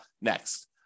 next